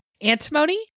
antimony